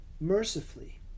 mercifully